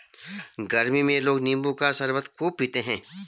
गरमी में लोग नींबू का शरबत खूब पीते है